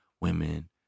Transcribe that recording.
women